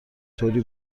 طوری